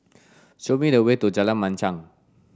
show me the way to Jalan Machang